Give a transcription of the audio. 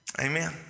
Amen